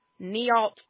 Nealt